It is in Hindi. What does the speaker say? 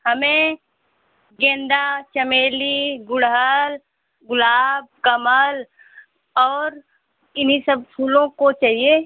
हमें गेंदा चमेली गुड़हल गुलाब कमल और इन्ही सब फूलों को चाहिए